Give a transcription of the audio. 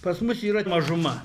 pas mus yra mažuma